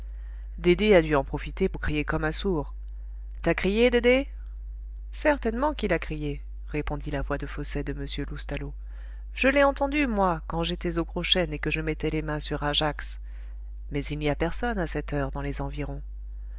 dédé a dû en profiter pour crier comme un sourd t'as crié dédé certainement qu'il a crié répondit la voix de fausset de m loustalot je l'ai entendu moi quand j'étais au gros chêne et que je mettais les mains sur ajax mais il n'y a personne à cette heure dans les environs